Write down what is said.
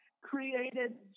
created